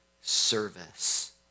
service